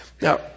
Now